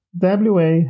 WA